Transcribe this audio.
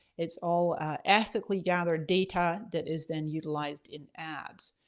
it's all ethically gather data that is then utilized in ads.